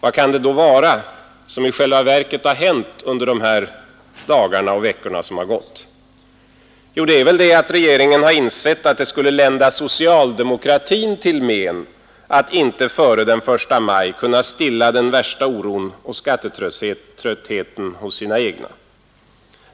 Vad är det då som i själva verket hänt under de dagar och de veckor som gått? Jo, förmodligen att regeringen insett att det skulle lända socialdemokratin till men att inte före den 1 maj kunna stilla den stora oron och skattetröttheten hos sina egna.